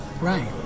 Right